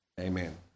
Amen